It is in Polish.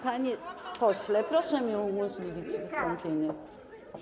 Panie pośle, proszę mi umożliwić wystąpienie.